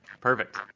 Perfect